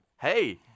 hey